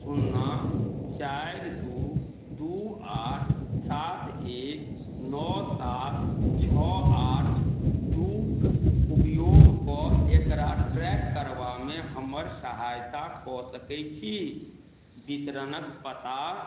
सुन्ना चारि दू दू आठ सात एक नओ सात छओ आठ दूक उपयोग कऽ एकरा ट्रैक करबामे हमर सहायता कऽ सकै छी बितरणक पता